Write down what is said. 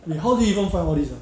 你 how do you even find all these ah